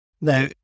Now